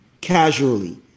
casually